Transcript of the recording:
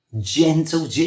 gentle